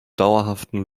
dauerhaften